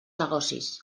negocis